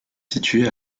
situé